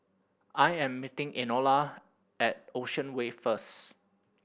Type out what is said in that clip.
I am meeting Enola at Ocean Way first